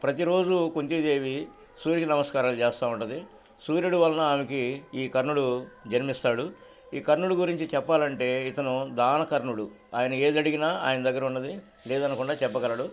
ప్రతిరోజు కొంతేదేవి సూర్యుకి నమస్కారాలు చేస్తా ఉంటది సూర్యుడు వలన ఆమెకి ఈ కర్న్నుడు జన్మిస్తాడు ఈ కర్న్నుడు గురించి చెప్పాలంటే ఇతను దాన కర్ణుడు ఆయన ఏదడిగిన ఆయన దగ్గర ఉన్నది లేదనుకుండా చెప్పగలడు